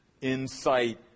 insight